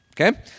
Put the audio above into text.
Okay